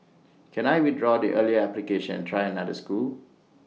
can I withdraw the earlier application try another school